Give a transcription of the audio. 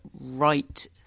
right